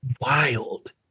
Wild